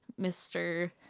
Mr